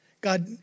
God